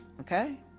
okay